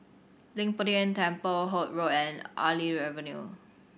Leng Poh Tian Temple Holt Road and Artillery Avenue